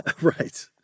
right